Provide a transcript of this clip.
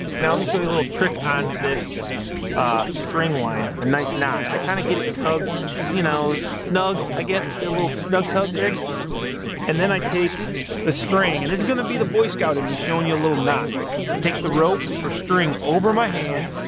now let me show you a little trick on this string line a nice knot i kind of get it tugged so you know snug i guess get a little snug tug greg and then i take the string and this is gonna be the boy scout and me showing you a little knot i take the rope or string over my hand